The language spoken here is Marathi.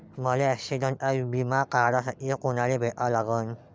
मले ॲक्सिडंटचा बिमा काढासाठी कुनाले भेटा लागन?